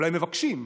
אולי מבקשים,